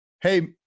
Hey